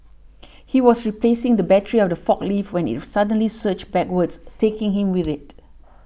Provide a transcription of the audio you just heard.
he was replacing the battery of the forklift when it suddenly surged backwards taking him with it